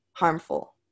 harmful